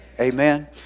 Amen